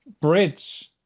bridge